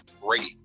great